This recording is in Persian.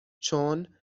چون